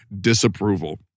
disapproval